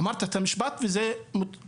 אמרת את המשפט, וזה רשום.